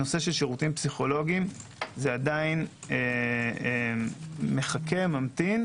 הנושא של שירותים פסיכולוגיים עדיין מחכה להמתין,